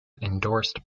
endorsed